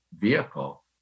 vehicle